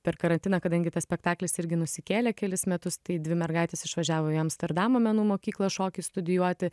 per karantiną kadangi tas spektaklis irgi nusikėlė kelis metus tai dvi mergaitės išvažiavo į amsterdamo menų mokyklą šokį studijuoti